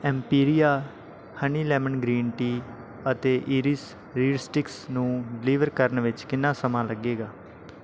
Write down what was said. ਐਮਪੀਰੀਆ honey lemon green tea ਅਤੇ Iris reed sticks ਨੂੰ deliver ਕਰਨ ਵਿੱਚ ਕਿੰਨਾ ਸਮਾਂ ਲੱਗੇਗਾ